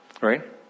right